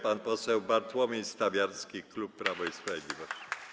Pan poseł Bartłomiej Stawiarski, klub Prawo i Sprawiedliwość.